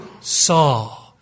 saw